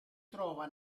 trova